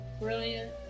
brilliant